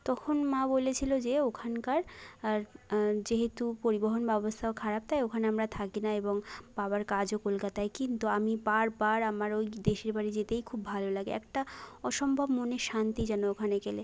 তখন মা বলেছিলো যে ওখানকার যেহেতু পরিবহন ব্যবস্থাও খারাপ তাই ওখানে আমরা থাকি না এবং বাবার কাজও কলকাতায় কিন্তু আমি বার বার আমার ওই দেশের বাড়ি যেতেই খুব ভালো লাগে একটা অসম্ভব মনের শান্তি যেন ওখানে গেলে